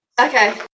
okay